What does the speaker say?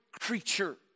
creature